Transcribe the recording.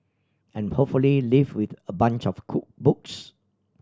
and hopefully leave with a bunch of cool books